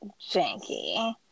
janky